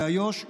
באיו"ש,